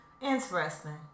Interesting